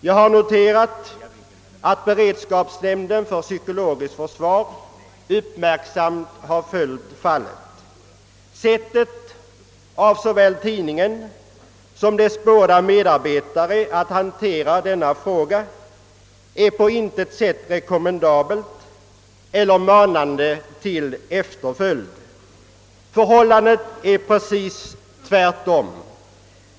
Jag har noterat att beredskapsnämnden för psykologiskt försvar uppmärksamt har följt fallet. Såväl tidningens som dess båda medarbetares sätt att behandla denna fråga manar på intet sätt till efterföljd. Förhållandet är precis det motsatta.